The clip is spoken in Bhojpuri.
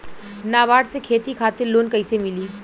नाबार्ड से खेती खातिर लोन कइसे मिली?